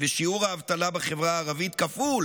ושיעור האבטלה בחברה הערבית כפול